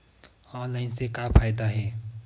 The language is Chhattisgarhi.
ऑनलाइन से का फ़ायदा हे?